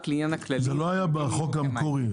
זה לא היה בחוק המקורי.